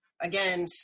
again